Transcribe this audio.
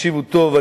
תקשיבו טוב,